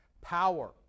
power